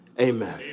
amen